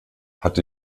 hat